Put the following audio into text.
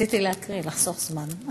רציתי להקריא, לחסוך זמן.